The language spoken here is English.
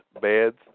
beds